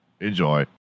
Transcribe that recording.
Enjoy